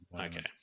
Okay